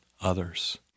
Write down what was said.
others